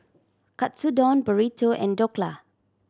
Katsudon Burrito and Dhokla